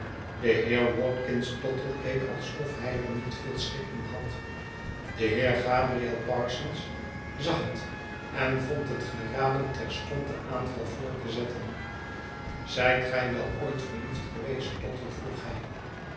de heer watkins tottle keek alsof hij er niet veel schik in had de heer gabriel parsons zag het en vond het geraden terstond den aanval voort te zetten zijt gij wel ooit verliefd geweest tottle vroeg hij